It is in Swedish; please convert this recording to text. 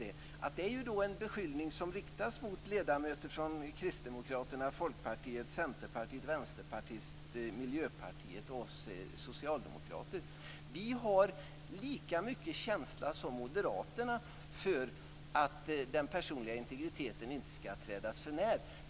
Det är i så fall en beskyllning som riktas mot ledamöter från Kristdemokraterna, Folkpartiet, Centerpartiet, Vänsterpartiet, Vi har lika mycket känsla som moderaterna för att den personliga integriteten inte skall trädas för när.